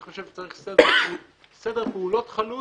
למעט אם יש לו מערכת גז פתוחה מסוכנת,